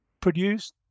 produced